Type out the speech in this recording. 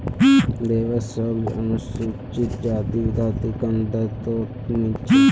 देवेश शोक अनुसूचित जाति विद्यार्थी कम दर तोत मील छे